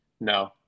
No